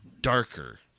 darker